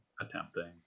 attempting